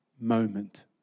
moment